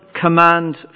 command